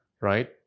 right